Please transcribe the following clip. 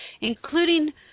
including